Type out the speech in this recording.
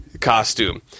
costume